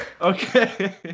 okay